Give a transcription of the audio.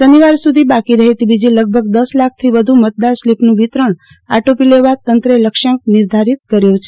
શનિવાર સુધી બાકી રફેતી બીજી લગભગ દસ લાખથી વધુ મતદાર સ્લીપનું વિતરણ અાટોપી લેવા તંત્રે લક્ષયાંક નિર્ધારીત કર્યો છે